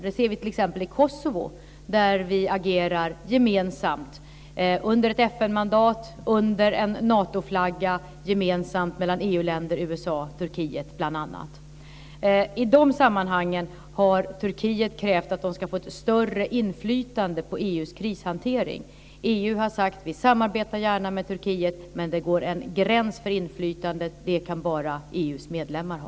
Det ser vi t.ex. i Kosovo, där EU-länder, USA och bl.a. Turkiet agerar gemensamt under FN-mandat, under Natoflagg. I de sammanhangen har Turkiet krävt att man ska få ett större inflytande på EU:s krishantering. EU har sagt: Vi samarbetar gärna med Turkiet, men det går en gräns vid inflytandet. Det kan bara EU:s medlemmar ha.